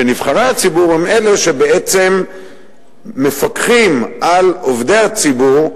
נבחרי הציבור הם אלה שבעצם מפקחים על עובדי הציבור,